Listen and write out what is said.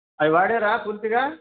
అవి వాడారా పూర్తిగా